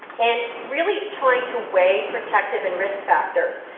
and really trying to weigh protective and risk factors.